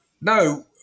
no